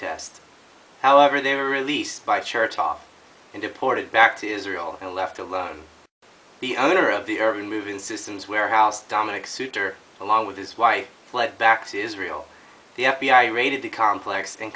test however they were released by chertoff and deported back to israel and left alone the owner of the urban moving systems warehouse dominic suitor along with his wife fled back to israel the f b i raided the complex and